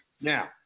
Now